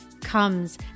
comes